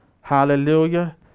Hallelujah